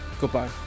goodbye